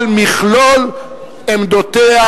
על מכלול עמדותיהן